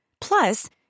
Plus